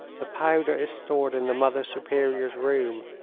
the powder is stored in the mother superior's room.